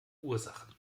ursachen